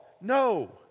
no